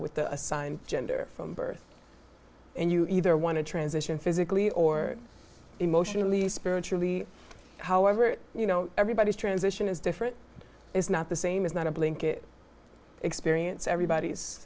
with the assigned gender from birth and you either want to transition physically or emotionally spiritually however you know everybody's transition is different is not the same as not a blink experience everybody's